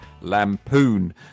lampoon